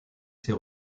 ses